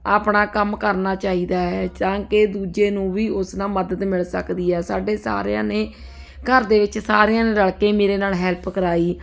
ਆਪਣਾ ਕੰਮ ਕਰਨਾ ਚਾਹੀਦਾ ਹੈ ਤਾਂ ਕਿ ਦੂਜੇ ਨੂੰ ਵੀ ਉਸ ਨਾਲ ਮਦਦ ਮਿਲ ਸਕਦੀ ਹੈ ਸਾਡੇ ਸਾਰਿਆਂ ਨੇ ਘਰ ਦੇ ਵਿੱਚ ਸਾਰਿਆਂ ਨੇ ਰਲ ਕੇ ਮੇਰੇ ਨਾਲ ਹੈਲਪ ਕਰਵਾਈ